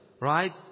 Right